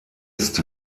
ist